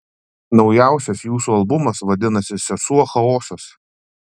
naujausias jūsų albumas vadinasi sesuo chaosas